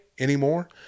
anymore